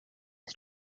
his